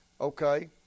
Okay